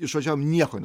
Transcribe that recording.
išvažiavom nieko